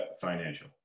financial